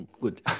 Good